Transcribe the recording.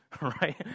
right